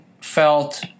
felt